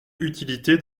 utilité